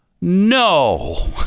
No